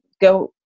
go